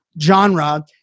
genre